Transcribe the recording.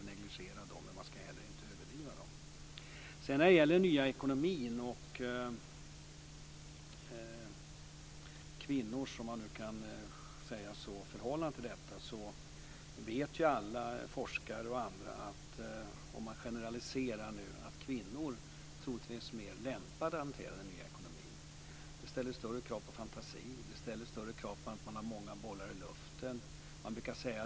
De ska inte negligeras, men de ska inte heller överdrivas. Sedan var det kvinnors förhållande till den nya ekonomin. Alla forskare och andra vet - generellt sett - att kvinnor troligtvis är mer lämpade att hantera den nya ekonomin. Det ställer större krav på fantasi, det ställer större krav på att ha många bollar i luften.